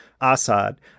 Assad